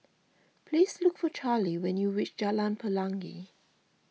please look for Charley when you reach Jalan Pelangi